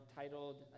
titled